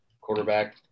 quarterback